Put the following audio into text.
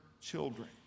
children